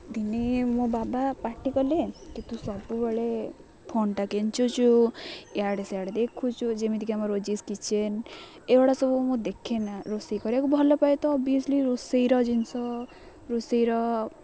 ଦିନେ ମୋ ବାବା ପାଟି କଲେ କିନ୍ତୁ ସବୁବେଳେ ଫୋନ୍ଟା କେଞ୍ଚୁଛୁ ଇଆଡ଼େ ସିଆଡ଼େ ଦେଖୁଛୁ ଯେମିତିକି ଆମ ରୋଜିସ୍ କିଚେନ୍ ଏଗୁଡ଼ା ସବୁ ମୁଁ ଦେଖେନା ରୋଷେଇ କରିବାକୁ ଭଲପାଏ ତ ଅଭିିଅସ୍ଲି ରୋଷେଇର ଜିନିଷ ରୋଷେଇର